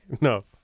No